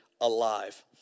alive